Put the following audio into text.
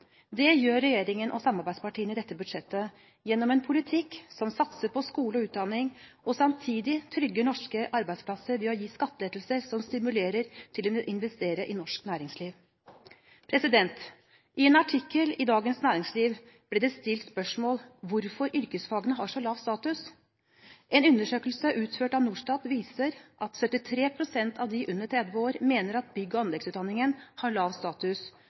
Det gjør regjeringen og samarbeidspartiene i dette budsjettet, gjennom en politikk som satser på skole og utdanning og samtidig trygger norske arbeidsplasser ved å gi skattelettelser som stimulerer til å investere i norsk næringsliv. I en artikkel i Dagens Næringsliv ble det stilt spørsmål om hvorfor yrkesfagene har så lav status. En undersøkelse utført av Norstat viser at 73 pst. av dem under 30 år mener at bygg- og anleggsutdanningen har lav status,